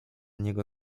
niego